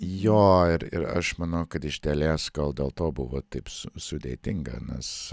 jo ir ir aš manau kad iš dalies gal dėl to buvo taip su sudėtinga nes